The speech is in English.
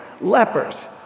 Lepers